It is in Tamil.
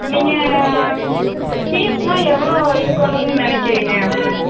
நீங்கள் ஃபீஸெலாம் எவ்வளோ இருக்கணும்னு நினைக்கிறிங்க